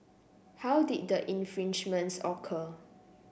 how did the infringements occur